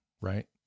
Right